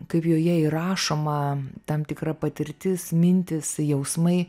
kaip joje įrašoma tam tikra patirtis mintys jausmai